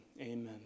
amen